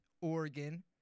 Oregon